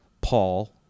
Paul